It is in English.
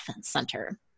center